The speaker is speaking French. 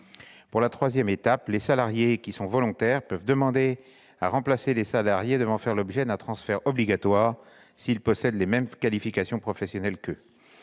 Troisième étape, les salariés qui sont volontaires peuvent demander à remplacer les salariés devant faire l'objet d'un transfert obligatoire s'ils possèdent les mêmes qualifications professionnelles qu'eux.